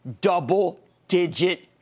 double-digit